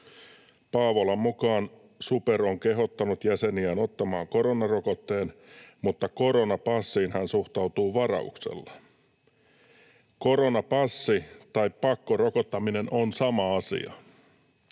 ”Paavolan mukaan SuPer on kehottanut jäseniään ottamaan koronarokotteen, mutta koronapassiin hän suhtautuu varauksella. Koronapassi tai pakkorokottaminen on sama asia.